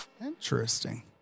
interesting